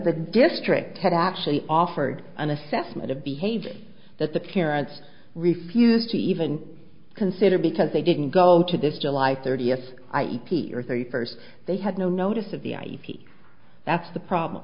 the district had actually offered an assessment of behavior that the parents refused to even consider because they didn't go to this july thirty s i e p or thirty first they had no notice of the i v that's the problem